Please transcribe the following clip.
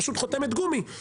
הוא פשוט חותמת גומי.